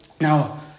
now